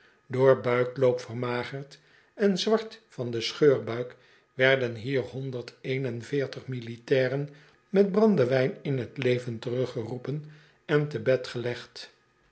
door buikloop vermagerd en zwart van de scheurbuik werden hier honderd een en veertig militairen met brandewijn in t leven teruggeroepen en te bed gelegd